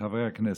חברי הכנסת,